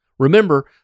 Remember